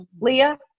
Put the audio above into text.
Leah